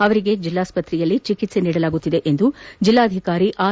ಅವರಿಗೆ ಜಿಲ್ಲಾ ಆಸ್ಪತ್ರೆಯಲ್ಲಿ ಚಿಕಿತ್ಸೆ ನೀಡಲಾಗುತ್ತಿದೆ ಎಂದು ಜಿಲ್ಲಾಧಿಕಾರಿ ಆರ್